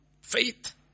Faith